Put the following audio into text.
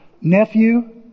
nephew